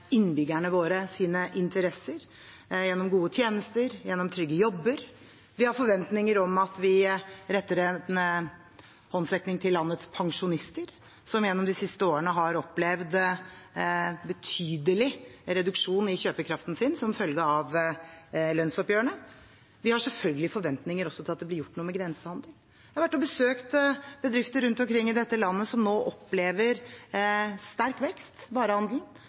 gjennom gode tjenester og gjennom trygge jobber. Vi har forventninger om at vi retter en håndsrekning til landets pensjonister, som gjennom de siste årene har opplevd betydelig reduksjon i kjøpekraften som følge av lønnsoppgjørene. Vi har selvfølgelig også forventninger til at det blir gjort noe med grensehandelen. Jeg har vært og besøkt bedrifter rundt omkring i dette landet som nå opplever sterk vekst i varehandelen.